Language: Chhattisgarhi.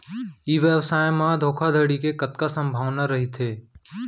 ई व्यवसाय म धोका धड़ी के कतका संभावना रहिथे?